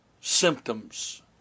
symptoms